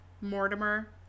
Mortimer